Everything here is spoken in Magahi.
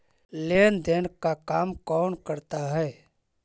लेन देन का काम कौन करता है?